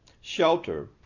shelter